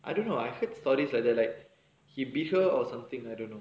I don't know I heard stories like the like he beat her or something I don't know